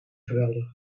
geweldig